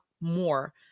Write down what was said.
more